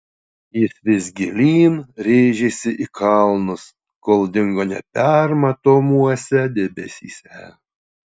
jis vis gilyn rėžėsi į kalnus kol dingo nepermatomuose debesyse